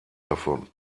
davon